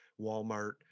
Walmart